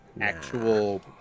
actual